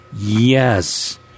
Yes